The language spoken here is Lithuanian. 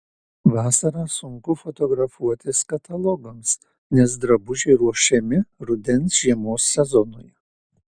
vasarą sunku fotografuotis katalogams nes drabužiai ruošiami rudens žiemos sezonui